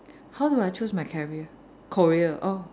how do I choose my carrier courier oh